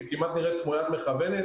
שכמעט נראית כמו יד מכוונת,